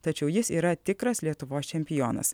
tačiau jis yra tikras lietuvos čempionas